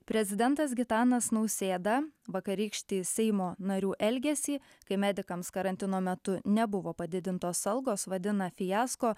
prezidentas gitanas nausėda vakarykštį seimo narių elgesį kai medikams karantino metu nebuvo padidintos algos vadina fiasko